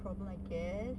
problem I guess